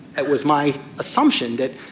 it was my assumption that,